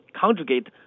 conjugate